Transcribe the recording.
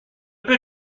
peu